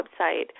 website